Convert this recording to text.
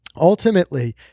Ultimately